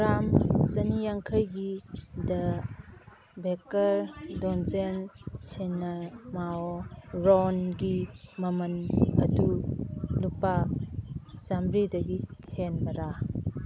gram ꯆꯅꯤꯌꯥꯡꯈꯩꯒꯤꯗ baker dozen ꯁꯤꯟꯅꯥꯃꯣꯟ ꯔꯣꯜꯁꯒꯤ ꯃꯃꯜ ꯑꯗꯨ ꯂꯨꯄꯥ ꯆꯥꯃꯔꯤꯗꯒꯤ ꯍꯦꯟꯕ꯭ꯔ